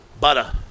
Butter